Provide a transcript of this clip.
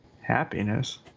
Happiness